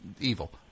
evil